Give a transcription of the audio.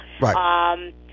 Right